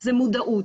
זה מודעות,